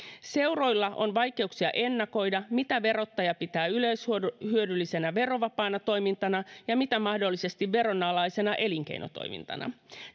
seuroilla on vaikeuksia ennakoida mitä verottaja pitää yleishyödyllisenä verovapaana toimintana ja mitä mahdollisesti veronalaisena elinkeinotoimintana